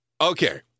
okay